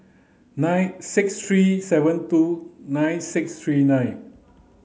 six three seven two nine six three nine